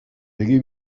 begi